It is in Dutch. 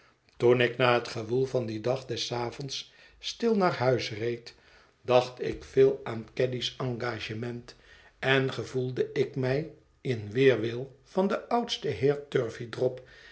toen ik na het gewoel van dien dag des avonds stil naar huis reed dacht ik veel aan caddy's engagement en gevoelde ik mij in weerwil van den oudsten